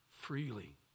freely